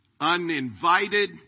uninvited